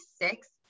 six